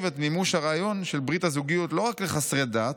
את מימוש הרעיון של ברית הזוגיות לא רק לחסרי דת